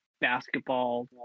basketball